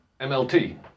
MLT